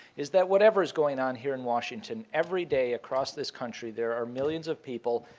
is that whatever is going on here in washington, every day across this country there are millions of people,